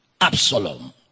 Absalom